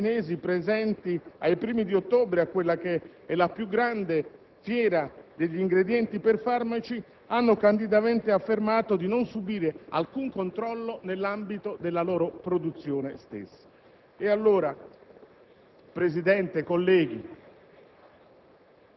Addirittura a Milano, recentemente, espositori cinesi presenti ai primi di ottobre alla più grande fiera degli ingredienti per farmaci hanno candidamente affermato di non subire alcun controllo nell'ambito della loro produzione.